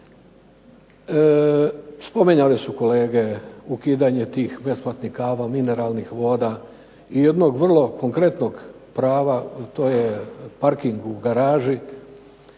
Spominjali su kolege ukidanje tih besplatnih kava, mineralnih voda i jednog vrlo konkretnog prava to je parking u garaži